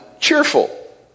cheerful